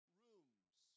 rooms